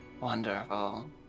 Wonderful